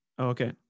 okay